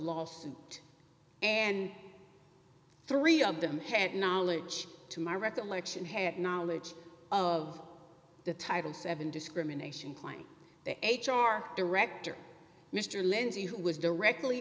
lawsuit and three of them had knowledge to my recollection had knowledge of the title seven discrimination claims their h r director mr lindsey who was directly